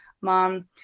mom